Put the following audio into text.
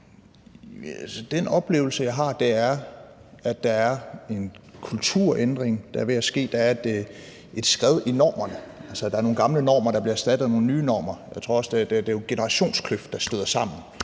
Den oplevelse, jeg har, er, at der er en kulturændring, som er ved at ske; der er et skred i normerne. Altså, der er nogle gamle normer, der bliver erstattet af nogle nye normer. Jeg tror også, at der er en generationskløft, og at generationerne